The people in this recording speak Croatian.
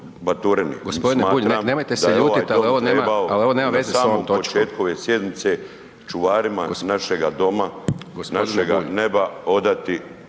Nemojte, nemojte se ljutiti, ali ovo nema veze sa ovom točkom.